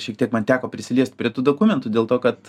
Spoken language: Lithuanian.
šiek tiek man teko prisiliest prie tų dokumentų dėl to kad